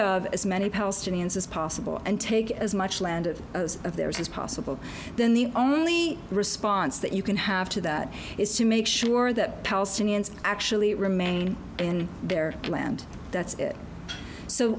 of as many palestinians as possible and take as much land of theirs as possible then the only response that you can have to that is to make sure that palestinians actually remain in their land that's